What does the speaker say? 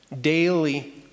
daily